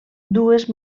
dues